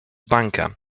banker